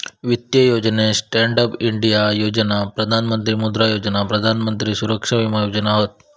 वित्तीय योजनेत stand up India Yojana, Pradhan Mantri Mudra Yojana, Pradhan Mantri Suraksha Bima Yojana हत